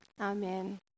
Amen